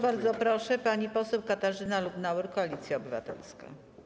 Bardzo proszę, pani poseł Katarzyna Lubnauer, Koalicja Obywatelska.